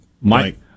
Mike